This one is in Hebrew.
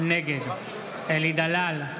נגד אלי דלל,